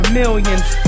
millions